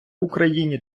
україні